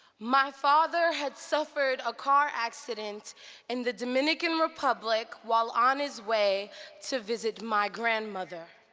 my father had suffered a car accident in the dominican republic while on his way to visit my grandmother.